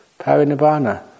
Parinibbana